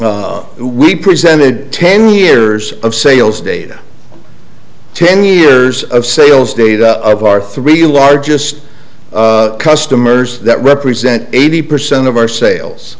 we presented ten years of sales data ten years of sales data of our three largest customers that represent eighty percent of our sales